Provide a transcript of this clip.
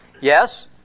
Yes